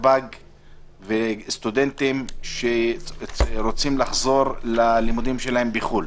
סטודנטים שרוצים לחזור ללימודים שלהם בחו"ל.